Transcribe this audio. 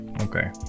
okay